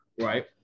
right